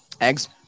eggs